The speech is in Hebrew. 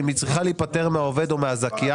אם היא צריכה להיפטר מעובד או זכיין,